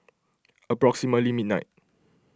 approximately midnight